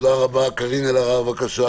קארין אלהרר, בבקשה.